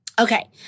Okay